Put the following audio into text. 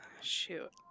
Shoot